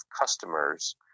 customers